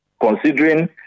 considering